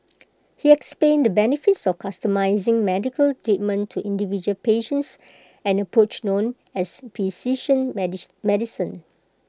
he explained the benefits of customising medical treatment to individual patients an approach known as precision medicine